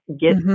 get